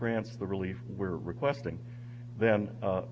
grants the relief we're requesting then